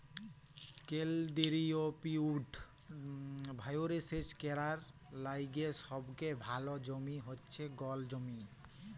কেলদিরিয় পিভট ভাঁয়রে সেচ ক্যরার লাইগে সবলে ভাল জমি হছে গল জমি